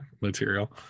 material